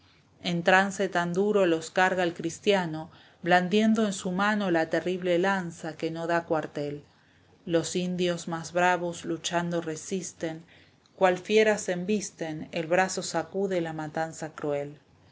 en trance tan duro los carga el cristiano blandiendo en su mano la terrible lanza que no da cuartel los indios más bravos luchando resisten cual fieras embisten el brazo sacude la matanza cruel